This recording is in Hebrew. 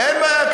אין בעיה.